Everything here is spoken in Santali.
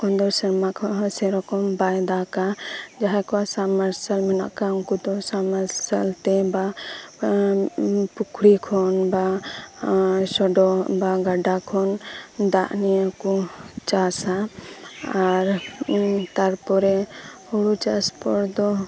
ᱛᱚᱠᱷᱚᱱ ᱫᱚ ᱥᱮᱨᱢᱟ ᱠᱷᱚᱱᱟᱜ ᱦᱚᱸ ᱥᱮᱭ ᱨᱚᱠᱚᱢ ᱵᱟᱭ ᱫᱟᱜᱟ ᱡᱟᱦᱟᱸᱭ ᱠᱚᱣᱟᱜ ᱥᱟᱵᱽᱢᱟᱨᱥᱟᱞ ᱢᱮᱱᱟᱜᱼᱟ ᱥᱟᱵᱽ ᱢᱟᱨᱥᱟᱞ ᱛᱮ ᱵᱟ ᱮᱫ ᱯᱩᱠᱷᱨᱤ ᱠᱷᱚᱱ ᱵᱟ ᱥᱚᱰᱚᱜ ᱵᱟ ᱜᱟᱰᱟ ᱠᱷᱚᱱ ᱫᱟᱜ ᱱᱤᱭᱟᱹᱠᱚ ᱪᱟᱥᱟ ᱟᱨ ᱛᱟᱨᱯᱚᱨᱮ ᱦᱳᱲᱳ ᱪᱟᱥ ᱯᱚᱨ ᱫᱚ